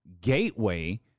gateway